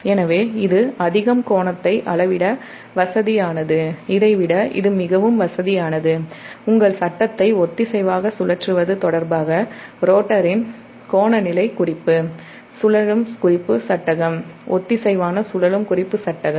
எனவே இது அதிக கோணத்தை அளவிட வசதியானது இதை விட உங்கள் சட்டத்தை ஒத்திசைவாக சுழற்றுவது தொடர்பாக ரோட்டரின் கோண நிலைகுறிப்பு ஒத்திசைவாக சுழலும் குறிப்பு சட்டகம்